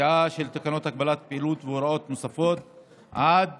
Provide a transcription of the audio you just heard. פקיעה של תקנות הגבלת פעילות והוראות נוספות, קרי,